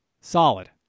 solid